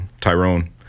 Tyrone